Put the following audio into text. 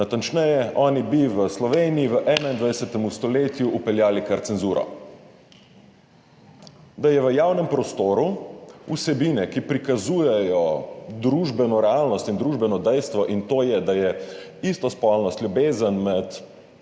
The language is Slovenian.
Natančneje, oni bi v Sloveniji v 21. stoletju vpeljali kar cenzuro, da bi v javnem prostoru vsebine, ki prikazujejo družbeno realnost in družbeno dejstvo, in to je, da je istospolnost, ljubezen med